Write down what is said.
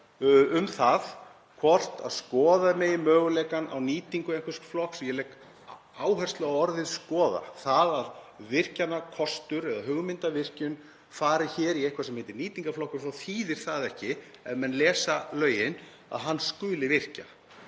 um það hvort skoða megi möguleikann á nýtingu einhvers kosts — ég legg áherslu á orðið skoða, það að virkjanakostur eða hugmynd að virkjun fari í eitthvað sem heitir nýtingarflokkur þýðir ekki, ef menn lesa lögin, að hann skuli virkja